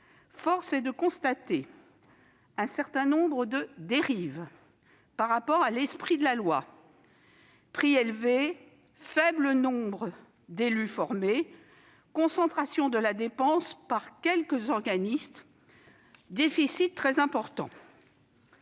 Force est de constater un certain nombre de dérives par rapport à l'esprit de la loi : prix élevés, faible nombre d'élus formés, concentration de la dépense sur quelques organismes, déficit très important.